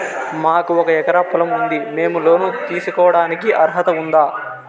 మాకు ఒక ఎకరా పొలం ఉంది మేము లోను తీసుకోడానికి అర్హత ఉందా